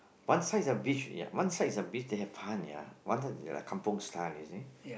one side is a beach ya one side is a beach they have hunt ya one side is like kampung style you see